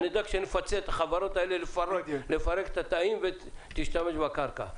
אני יודע כשאני מפצה את החברות האלה לפרק את התאים ותשתמש בקרקע.